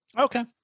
Okay